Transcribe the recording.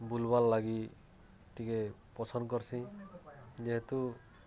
ବୁଲ୍ବାର୍ ଲାଗି ଟିକେ ପସନ୍ଦ କର୍ସି ଯେହେତୁ